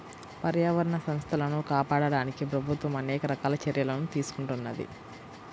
పర్యావరణ వ్యవస్థలను కాపాడడానికి ప్రభుత్వం అనేక రకాల చర్యలను తీసుకుంటున్నది